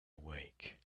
awake